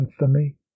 infamy